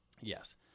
Yes